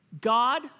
God